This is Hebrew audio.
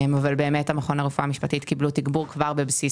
המכון לרפואה משפטית קיבלו תגבור בבסיס